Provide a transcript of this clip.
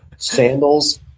Sandals